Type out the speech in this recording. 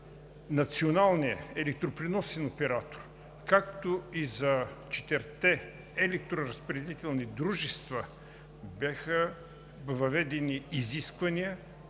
националния електропреносен оператор, както и за четирите електроразпределителни дружества, бяха въведени изисквания